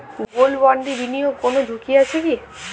Gold বন্ডে বিনিয়োগে কোন ঝুঁকি আছে কি?